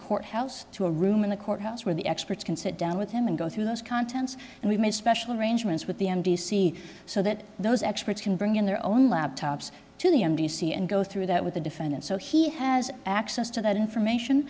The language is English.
courthouse to a room in the courthouse where the experts can sit down with him and go through those contents and we've made special arrangements with the m d c so that those experts can bring in their own laptops to the m d c and go through that with the defendant so he has access to that information